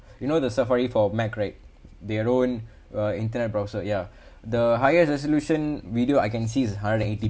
you know the safari for mac right their own uh internet browser ya the highest resolution video I can see is hundred and eighty P